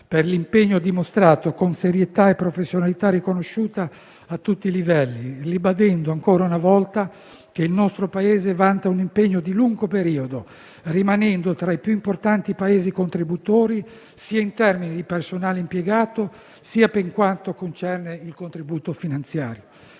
per l'impegno dimostrato, con serietà e professionalità riconosciuta a tutti i livelli, ribadendo ancora una volta che il nostro Paese vanta un impegno di lungo periodo, rimanendo tra i più importanti Paesi contributori, sia in termini di personale impiegato sia per quanto concerne il contributo finanziario.